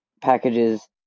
packages